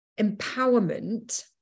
empowerment